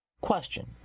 Question